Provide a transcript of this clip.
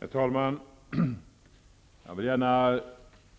Herr talman! Jag vill gärna